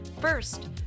First